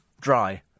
Dry